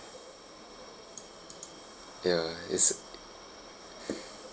ya it's a